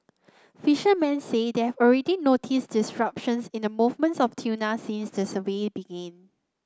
fishermen say they have already noticed disruptions in the movements of tuna since the survey began